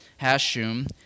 Hashum